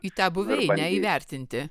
į tą buveinę įvertinti